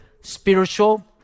spiritual